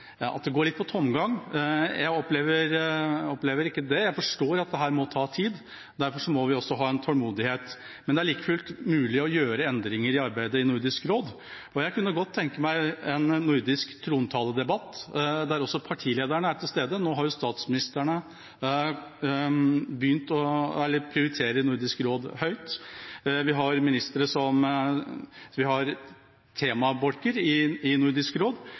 at det går litt på tomgang. Jeg opplever ikke det. Jeg forstår at dette må ta tid, og derfor må vi også ha tålmodighet. Men det er like fullt mulig å gjøre endringer i arbeidet i Nordisk råd, og jeg kunne godt tenke meg en nordisk trontaledebatt der også partilederne er til stede. Nå har også statsministerne begynt å prioritere Nordisk råd høyt, og vi har temabolker i Nordisk råd,